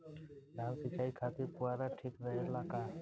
धान सिंचाई खातिर फुहारा ठीक रहे ला का?